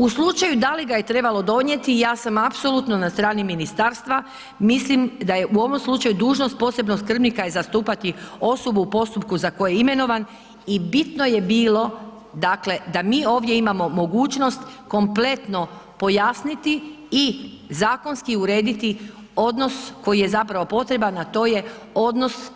U slučaju da li ga je trebalo donijeti, ja sam apsolutno na strani ministarstva, mislim da je u ovom slučaju dužnost posebnog skrbnika je zastupati osobu u postupku za koje je imenovan i bitno je bilo dakle da mi ovdje imamo mogućnost kompletno pojasniti i zakonski urediti odnos koji je zapravo potreban a to je odnos